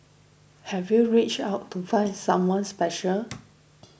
have you reached out to find someone special